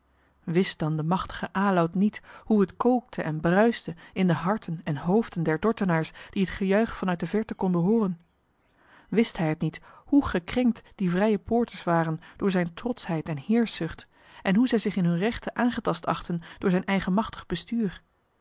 wist dan de machtige aloud niet hoe het kookte en bruiste in de harten en hoofden der dordtenaars die het gejuich van uit de verte konden hooren wist hij het niet hoe gekrenkt die vrije poorters waren door zijne trotschheid en heerschzucht en hoe zij zich in hunne rechten aangetast achtten door zijn eigenmachtig bestuur